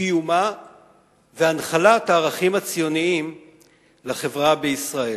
קיומה והנחלת הערכים הציוניים לחברה בישראל,